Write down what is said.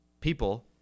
people